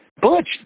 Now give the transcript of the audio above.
Butch